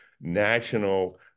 national